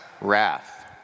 Wrath